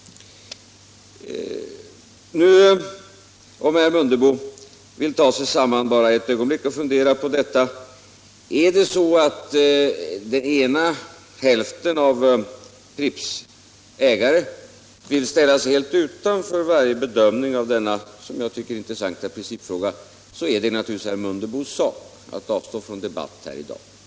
Om herr Mundebo vill ta sig samman bara ett ögonblick och fundera på om den ena hälften av Pripps ägare vill ställa sig helt utanför varje bedömning av denna som jag tycker intressanta principfråga, är det naturligtvis herr Mundebos sak att avstå från debatt här i dag.